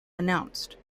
announced